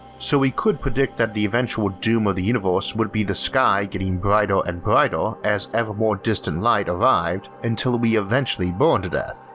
so we could predict the eventual doom of the universe would be the sky getting brighter and brighter as ever more distant light arrived until we eventually burned to death.